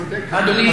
צודק חבר הכנסת מולה,